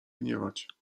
gniewać